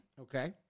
Okay